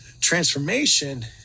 Transformation